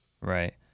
right